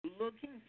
Looking